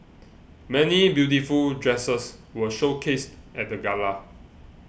many beautiful dresses were showcased at the gala